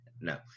no